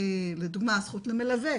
לדוגמא זכות למלווה,